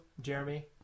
Jeremy